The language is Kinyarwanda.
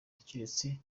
keretse